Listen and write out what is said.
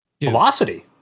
Velocity